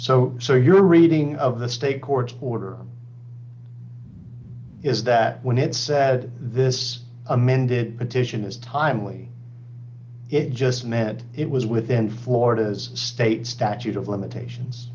so so your reading of the state courts border is that when it says this amended petition is timely it just met it was within florida's state statute of limitations